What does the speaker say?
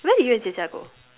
where did you and Zi Jia go